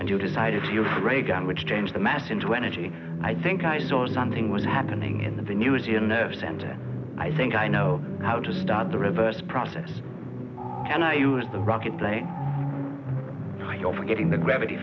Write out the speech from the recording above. and you decide if you break down which change the mass into energy i think i saw something was happening in the news in the center i think i know how to start the reverse process and i use the rocket play your getting the gravity